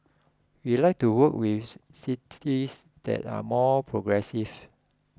we like to work with cities that are more progressive